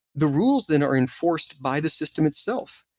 the rules then are enforced by the system itself.